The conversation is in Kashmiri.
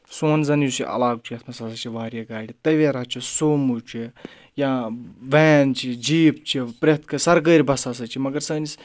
سون زَن یُس یہِ علاقہٕ چھُ یَتھ منٛز ہَسا چھِ واریاہ گاڑِ تَویرا چھُ سوموٗ چھِ یا وین چھِ جیٖپ چھِ پرؠتھ کٲنٛسہِ سَرکٲری بَس ہَسا چھِ مگر سٲنِس